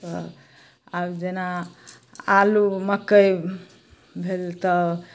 तऽ आब जेना आलू मकइ भेल तऽ